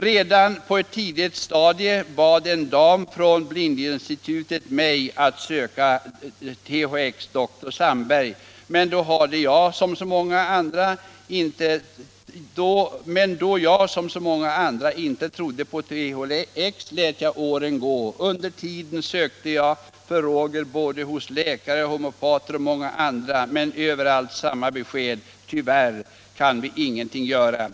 Redan på ett tidigt stadium bad en dam från blindinstitutet mig att söka THX-Dr. Sandberg, men då jag som så många andra inte trodde på THX, lät jag åren gå. Under tiden sökte jag för Roger hos både läkare och homeopater och många andra, men överallt samma besked: tyvärr kan vi inget göra.